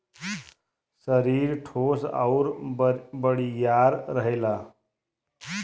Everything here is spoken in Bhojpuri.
सरीर ठोस आउर बड़ियार रहेला